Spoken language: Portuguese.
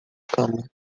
cama